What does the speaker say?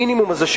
המינימום הזה,